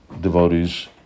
devotees